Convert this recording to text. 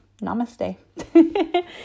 namaste